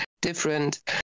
different